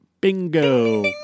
Bingo